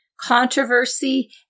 Controversy